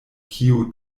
kiu